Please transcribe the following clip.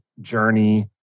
journey